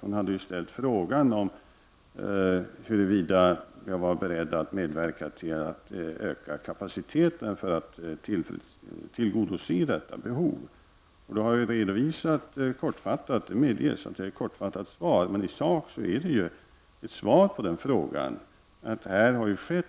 Hon hade frågat om huruvida jag var beredd att medverka till att öka kapaciteten för att tillgodose detta behov. Jag har då kortfattat — jag medger att svaret är kortfattat, men i sak är det ju ett svar på frågan — redovisat att det här har skett